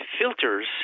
filters